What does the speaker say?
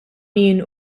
min